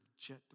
Jet